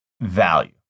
Value